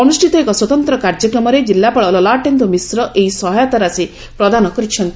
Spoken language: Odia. ଅନୁଷ୍ଷିତ ଏକ ସ୍ୱତନ୍ତ କାର୍ଯ୍ୟକ୍ରମରେ ଜିଲ୍ଲାପାଳ ଲଲାଟେନ୍ଦୁ ମିଶ୍ର ଏହି ସହାୟତା ରାଶି ପ୍ରଦାନ କରିଛନ୍ତି